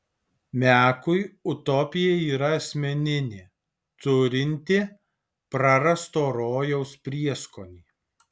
mekui utopija yra asmeninė turinti prarasto rojaus prieskonį